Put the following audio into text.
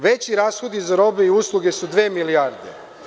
Veći rashodi za robe i usluge su dve milijarde.